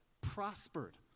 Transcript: Prospered